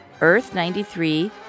Earth-93